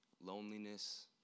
loneliness